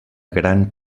gran